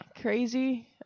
crazy